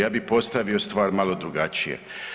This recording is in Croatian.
Ja bi postavio stvar malo drugačije.